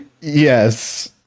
Yes